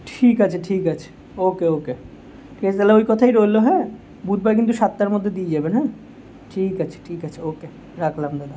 ঠিক আছে ঠিক আছে ওকে ওকে ঠিক আছে তালে ওই কথাই রইলো হ্যাঁ বুধবার কিন্তু সাতটার মধ্যে দিয়ে যাবেন হ্যাঁ ঠিক আছে ঠিক আছে ওকে রাখলাম দাদা